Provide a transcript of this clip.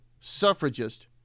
suffragist